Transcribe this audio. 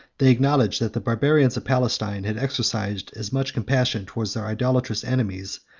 they acknowledged that the barbarians of palestine had exercised as much compassion towards their idolatrous enemies,